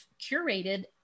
curated